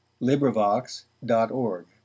LibriVox.org